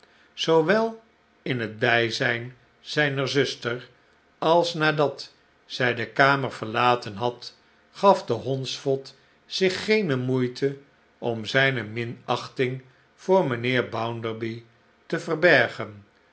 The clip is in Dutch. zoowel in het bijzijn zijner zuster als nadat zij de kamer verlaten had gaf de hondsvot zich geene moeite om zijne minachting voor mijnheer bounderby te verbergen